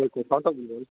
ꯍꯣꯏ ꯗꯤꯁꯀꯥꯎꯟ ꯇꯧꯕꯤꯔꯣꯅꯦ